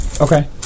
Okay